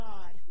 God